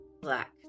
Black